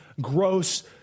gross